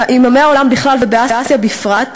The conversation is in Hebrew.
עם עמי העולם בכלל ובאסיה בפרט,